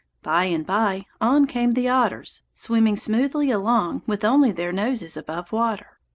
by-and-bye on came the otters, swimming smoothly along with only their noses above water.